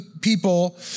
people